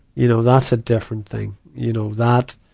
you know, that's a different thing. you know, that,